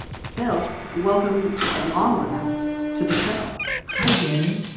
phil, welcome at long last to the show hi, danny.